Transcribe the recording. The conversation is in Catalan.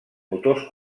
motors